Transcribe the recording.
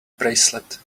bracelet